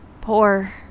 Poor